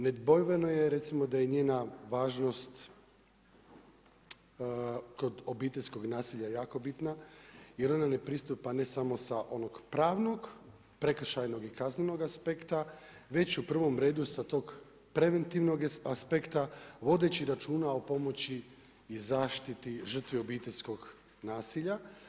Nedvojbeno je recimo da je njena važnost kod obiteljskog nasilja jako bitna jer ona ne pristupa ne samo sa onog pravnog, prekršajnog i kaznenog aspekta već u prvom redu sa tog preventivnog aspekta vodeći računa o pomoći i zaštiti žrtvi obiteljskog nasilja.